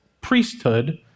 priesthood